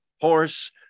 horse